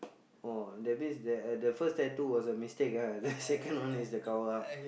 orh that means that the first tattoo was a mistake ah then second one is the cover up